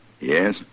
Yes